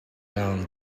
down